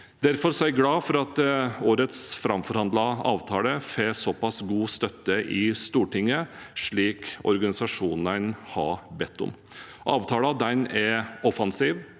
Derfor er jeg glad for at årets framforhandlede avtale får såpass god støtte i Stortinget, slik organisasjonene har bedt om. Avtalen er offensiv,